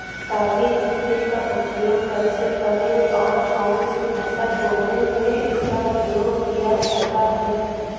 काली मिट्टी का उपयोग कैसे करें और कौन सी फसल बोने में इसका उपयोग किया जाता है?